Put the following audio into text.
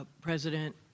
president